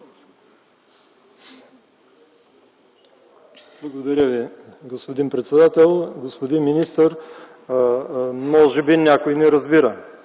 Благодаря, госпожо председател. Господин министър, може би някой не разбира,